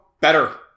better